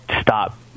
stop